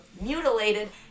mutilated